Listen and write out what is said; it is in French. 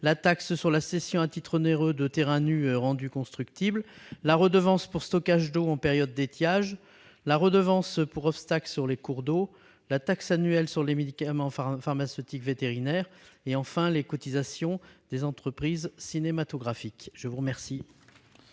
la taxe sur la cession à titre onéreux de terrains nus rendus constructibles, la redevance pour stockage d'eau en période d'étiage, la redevance pour obstacle sur les cours d'eau, la taxe annuelle sur les médicaments pharmaceutiques vétérinaires et, enfin, les cotisations des entreprises cinématographiques. Je suis saisi